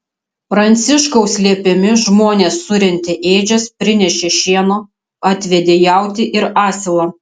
pranciškaus liepiami žmonės surentė ėdžias prinešė šieno atvedė jautį ir asilą